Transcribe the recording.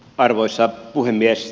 arvoisa puhemies